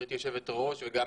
גברתי יושבת הראש,